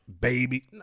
Baby